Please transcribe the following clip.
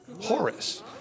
Horace